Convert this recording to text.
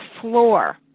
floor